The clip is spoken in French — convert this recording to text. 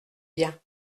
bien